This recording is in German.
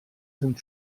sind